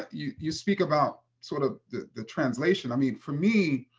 you you speak about sort of the the translation. i mean, for me,